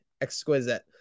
exquisite